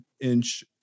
inch